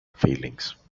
feelings